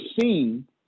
seen